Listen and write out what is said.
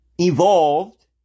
Evolved